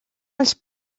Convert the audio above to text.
als